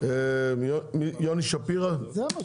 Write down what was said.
טוב, תודה רבה.